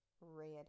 Red